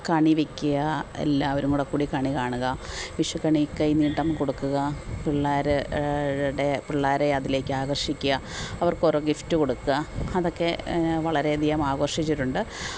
കണി വയ്ക്കുക എല്ലാവരും കൂടെക്കൂടി കണി കാണുക വിഷുക്കണി കൈനീട്ടം കൊടുക്കുക പിള്ളാരു ടെ പിള്ളാരെ അതിലേക്കാകര്ഷിക്കുക അവര്ക്കോരോ ഗിഫ്റ്റ് കൊടുക്കുക അതൊക്കെ വളരെയധികം ആഘോഷിച്ചിട്ടുണ്ട്